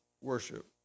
worship